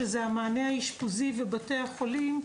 שזה המענה האשפוזי ובתי החולים,